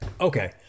okay